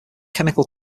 chemical